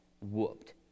whooped